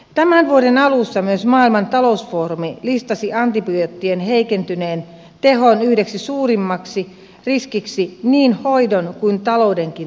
tämän vuoden alussa myös maailman talousfoorumi listasi antibioottien heikentyneen tehon yhdeksi suurimmaksi riskiksi niin hoidon kuin taloudenkin näkökulmasta